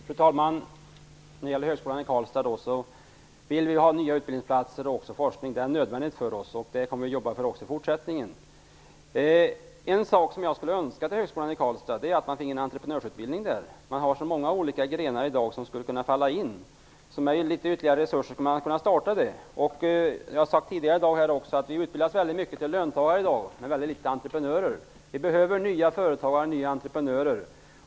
Fru talman! När det gäller högskolan i Karlstad kan jag säga att vi vill ha nya utbildningsplatser och forskning. Det är nödvändigt för oss, och det här kommer vi att jobba för också i fortsättningen. En sak som jag skulle önska beträffande högskolan i Karlstad är att man där finge en entreprenörsutbildning. Det finns många olika grenar i dag som skulle kunna falla in här. Med ytterligare litet resurser skulle man kunna starta nämnda utbildning. Som jag har sagt tidigare i dag utbildas vi väldigt mycket till löntagare men väldigt litet till entreprenörer. Vi behöver nya företagare och nya entreprenörer.